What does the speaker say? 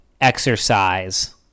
Exercise